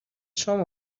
شام